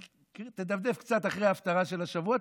תדפדף קצת אחרי ההפטרה של השבוע,